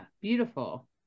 beautiful